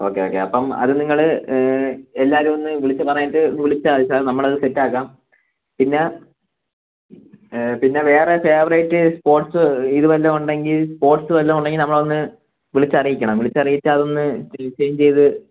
okay okay അപ്പം അത് നിങ്ങൾ എല്ലാവരേയും ഒന്ന് വിളിച്ചു പറഞ്ഞിട്ട് വിളിച്ചാൽ മതി സാർ നമ്മൾ അത് സെറ്റ് ആക്കാം പിന്നെ പിന്നെ വേറെ ഫേവറേറ്റ് സ്പോട്സ് ഇത് വല്ലതും ഉണ്ടെങ്കിൽ സ്പോട്സ് വല്ലതും ഉണ്ടെങ്കിൽ നമ്മളെ ഒന്ന് വിളിച്ചറിയിക്കണം വിളിച്ചറിയിച്ചാൽ അതൊന്ന് ചേഞ്ച് ചെയ്ത്